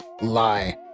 lie